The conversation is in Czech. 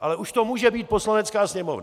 ale už to může být Poslanecká sněmovna.